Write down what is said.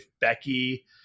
Becky